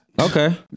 Okay